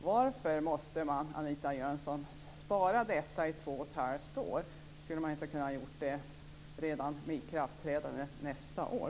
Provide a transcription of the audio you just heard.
Varför måste man, Anita Jönsson, spara detta i två och ett halvt år? Skulle man inte kunna göra det redan vid ikraftträdandet nästa år?